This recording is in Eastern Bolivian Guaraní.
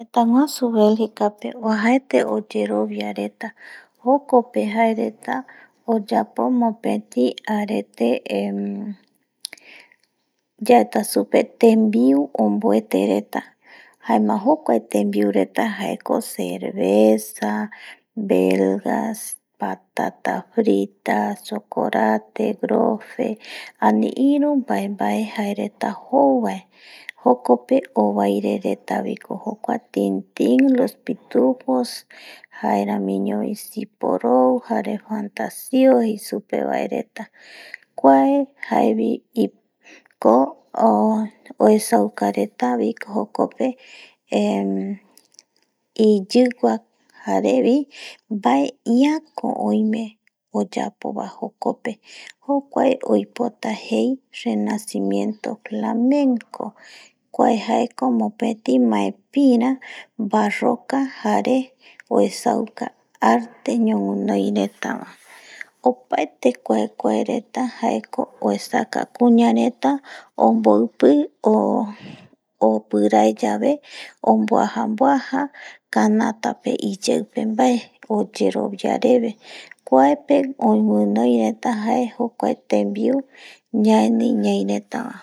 Teta guasu belgica pe oajaete oyeribia reta jokope jaereta oyapo mopeti arete eh yaeta supe tembiu onbuete reta jaema jokua tenbiu reta jaeko cervesa, velgas ,patata frita etc. iru bae bae reta jou bae jokope obaire retabiko jokua... pitufo jare siporou jare fantacia jei supe retabae kuae jaebiko uesauka retaviko jokpe eh iyiwa jarebi bae iako oime bi jokopeba jokua oipota jei renacimiento flamen ko kuae jaeko mopeti maepira barroca jare uesauka arte ñowinoi reta, opaete kuae kuae reta jaeko kuña reta onboipi oopirae yave onbuajabua canata pe iyeipe bae oyerobia rebe kuaepe winoi reta jae jokuae tembiu ñaeni ñai reta bae